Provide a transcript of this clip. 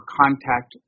contact